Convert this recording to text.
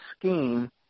scheme